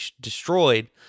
destroyed